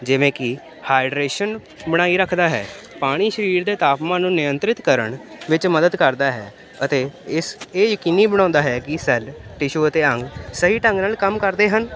ਜਿਵੇਂ ਕਿ ਹਾਈਡਰੇਸ਼ਨ ਬਣਾਈ ਰੱਖਦਾ ਹੈ ਪਾਣੀ ਸਰੀਰ ਦੇ ਤਾਪਮਾਨ ਨੂੰ ਨਿਯੰਤਰਿਤ ਕਰਨ ਵਿੱਚ ਮਦਦ ਕਰਦਾ ਹੈ ਅਤੇ ਇਸ ਇਹ ਯਕੀਨੀ ਬਣਾਉਂਦਾ ਹੈ ਕਿ ਸੈੱਲ ਟਿਸ਼ੂ ਅਤੇ ਅੰਗ ਸਹੀ ਢੰਗ ਨਾਲ ਕੰਮ ਕਰਦੇ ਹਨ